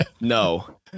No